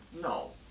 No